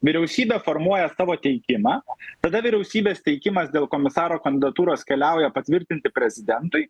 vyriausybė formuoja savo teikimą tada vyriausybės teikimas dėl komisaro kandidatūros keliauja patvirtinti prezidentui